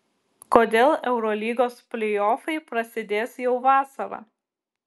kodėl eurolygos pleiofai prasidės jau vasarą